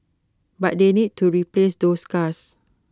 but they need to replace those cars